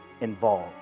involved